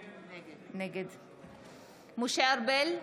נגד משה ארבל,